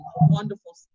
wonderful